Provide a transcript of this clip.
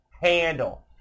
handle